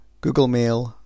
googlemail